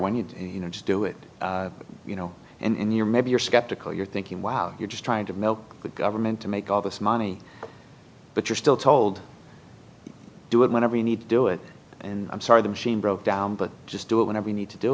when you do you know just do it you know and you're maybe you're skeptical you're thinking wow you're just trying to milk the government to make all this money but you're still told do it whenever you need to do it and i'm sorry the machine broke down but just do it whenever you need to do